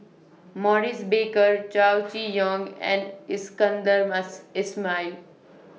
Maurice Baker Chow Chee Yong and Iskandar Mass Ismail